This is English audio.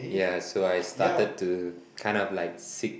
yeah so I started to kind of like seek